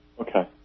Okay